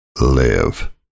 Live